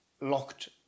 locked